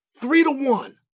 Three-to-one